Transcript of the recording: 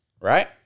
Right